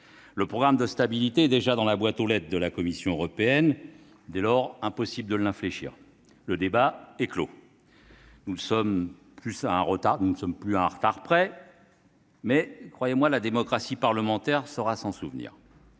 Ce programme de stabilité est déjà dans la boîte aux lettres de la Commission européenne. Dès lors, impossible de l'infléchir. Le débat est clos. Nous ne sommes plus à un retard près, mais, croyez-moi, la démocratie parlementaire saura s'en souvenir.